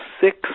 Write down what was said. six